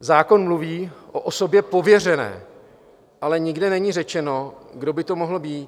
Zákon mluví o osobě pověřené, ale nikde není řečeno, kdo by to mohl být.